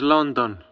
London